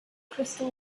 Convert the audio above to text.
crystal